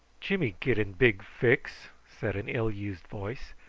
jimmy get in big fix, said an ill-used voice.